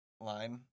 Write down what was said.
line